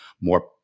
more